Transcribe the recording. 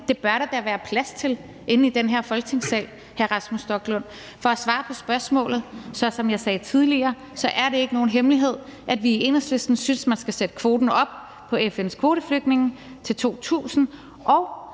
Det bør der da være plads til inde i den her Folketingssal, hr. Rasmus Stoklund. For at svare på spørgsmålet er det, som jeg sagde tidligere, ikke nogen hemmelighed, at vi i Enhedslisten synes, man skal sætte kvoten på FN's kvoteflygtninge op til 2000,